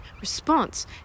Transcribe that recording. response